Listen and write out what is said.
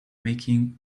making